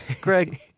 greg